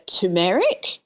turmeric